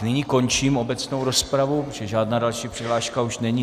Nyní končím obecnou rozpravu, protože žádná další přihláška už není.